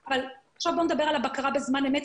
עכשיו בואו נדבר על בקרה בזמן אמת,